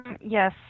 Yes